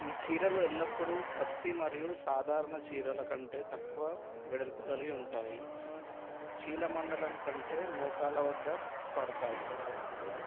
ఈ చీరలు ఎల్లప్పుడూ పత్తి మరియు సాధారణ చీరల కంటే తక్కువ వెడల్పు కలిగి ఉంటాయి చీలమండలం కంటే మోకాళ్ళ వద్ద పడతాయి